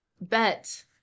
Bet